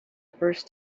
first